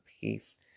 peace